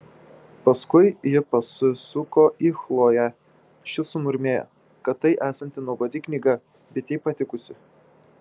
paskui ji pasisuko į chloję ši sumurmėjo kad tai esanti nuobodi knyga bet jai patikusi